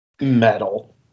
metal